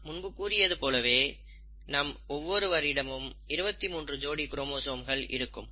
நான் முன்பு கூறியது போலவே நம் ஒவ்வொருவரிடமும் 23 ஜோடி குரோமோசோம்கள் இருக்கும்